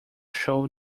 show